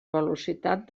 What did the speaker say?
velocitat